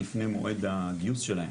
לפני מועד הגיוס שלהם